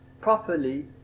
properly